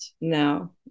No